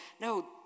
No